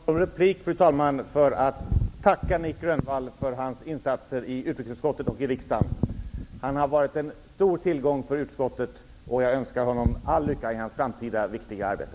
Fru talman! Jag anhåller om replik för att tacka Nic Grönvall för hans insatser i utrikesutskottet och i riksdagen. Han har varit en stor tillgång för utskottet, och jag önskar honom all lycka i hans framtida viktiga arbete.